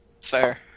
Fair